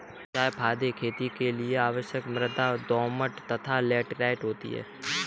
जायफल की खेती के लिए आदर्श मृदा दोमट तथा लैटेराइट होती है